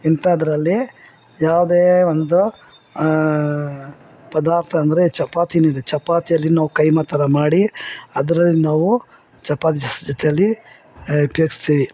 ಇಂಥದ್ರಲ್ಲಿ ಯಾವುದೇ ಒಂದು ಪದಾರ್ಥ ಅಂದರೆ ಚಪಾತಿ ಇದೆ ಚಪಾತಿಯಲ್ಲಿ ನಾವು ಕೈಮಾ ಥರ ಮಾಡಿ ಅದರಲ್ಲಿ ನಾವು ಚಪಾತಿ ಜೊತೆಯಲ್ಲಿ ಉಪ್ಯೋಗಿಸ್ತೀವಿ